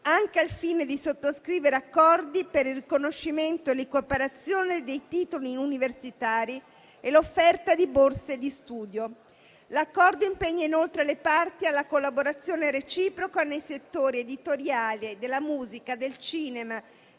anche al fine di sottoscrivere accordi per il riconoscimento e l'equiparazione dei titoli universitari e l'offerta di borse di studio. L'Accordo impegna inoltre le parti alla collaborazione reciproca nel settore editoriale, nella musica, nel cinema,